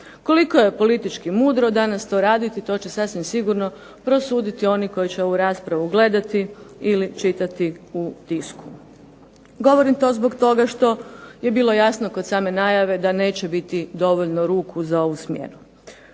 Koliko je politički mudro danas to raditi to će sasvim sigurno prosuditi oni koji će ovu raspravu gledati ili čitati u tisku. Govorim to zbog toga što je bilo jasno kod same najave da neće biti dovoljno ruku za ovu smjenu.